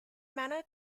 manner